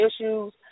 issues